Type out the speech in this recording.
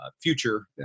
future